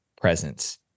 presence